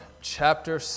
chapter